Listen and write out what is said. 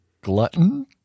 glutton